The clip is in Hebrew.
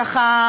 ככה,